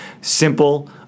Simple